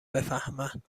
بفهمن